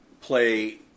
play